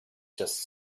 just